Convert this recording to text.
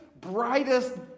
brightest